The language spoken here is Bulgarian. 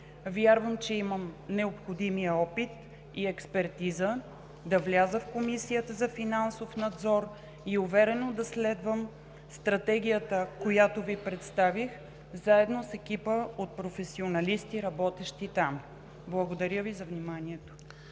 Вярвам, че имам необходимия опит и експертиза да вляза в Комисията за финансов надзор и уверено да следвам стратегията, която Ви представих, заедно с екипа от професионалисти, работещи там. Благодаря Ви за вниманието.